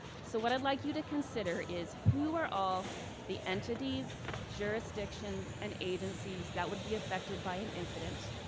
so what i'd like you to consider is, who are all the entities, jurisdictions and agencies that would be affected by an incident,